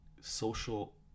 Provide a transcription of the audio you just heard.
social